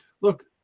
look